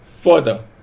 further